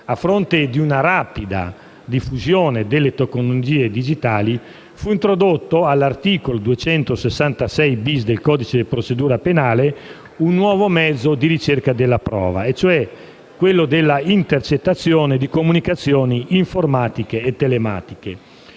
a fronte di una rapida diffusione delle tecnologie digitali, fu introdotto, all'articolo 266*-bis* del codice di procedura penale, un nuovo mezzo di ricerca della prova, e cioè quello dell'intercettazione di comunicazioni informatiche e telematiche.